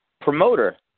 promoter